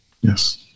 Yes